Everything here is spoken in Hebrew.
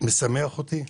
משמח אותי.